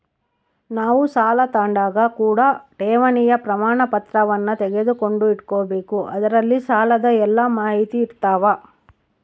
ನಾವು ಸಾಲ ತಾಂಡಾಗ ಕೂಡ ಠೇವಣಿಯ ಪ್ರಮಾಣಪತ್ರವನ್ನ ತೆಗೆದುಕೊಂಡು ಇಟ್ಟುಕೊಬೆಕು ಅದರಲ್ಲಿ ಸಾಲದ ಎಲ್ಲ ಮಾಹಿತಿಯಿರ್ತವ